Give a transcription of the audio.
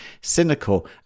cynical